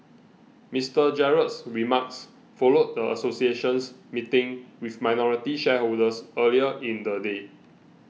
Mister Gerald's remarks followed the association's meeting with minority shareholders earlier in the day